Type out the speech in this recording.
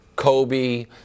Kobe